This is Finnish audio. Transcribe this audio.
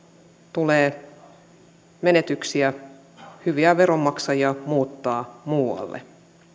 tulee menetyksiä hyviä veronmaksajia muuttaa muualle